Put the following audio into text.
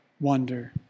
wonder